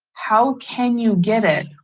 how can you get it?